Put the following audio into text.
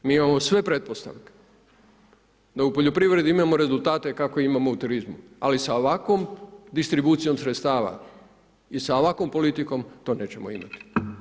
Mi imamo sve pretpostavke da u poljoprivredi imamo rezultate kakve imamo u turizmu, ali s ovakvom distribucijom sredstava i sa ovakvom politikom to nećemo imati.